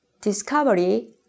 discovery